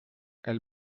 elle